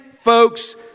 folks